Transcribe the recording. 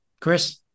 Chris